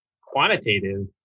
quantitative